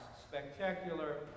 Spectacular